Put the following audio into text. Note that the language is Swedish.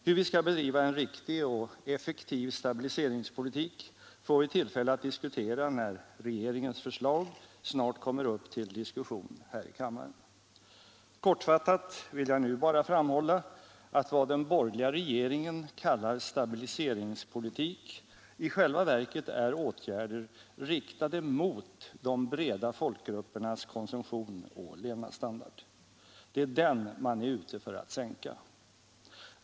Hur vi skall bedriva en riktig och effektiv stabiliseringspolitik får vi tillfälle att diskutera när regeringens förslag snart kommer upp till diskussion här i kammaren. Kortfattat vill jag nu bara framhålla att vad den borgerliga regeringen kallar stabiliseringspolitik i själva verket är åtgärder riktade mot de breda folkgruppernas konsumtion och levnadsstandard. Det är den man är ute för att sänka.